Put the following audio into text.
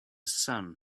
sun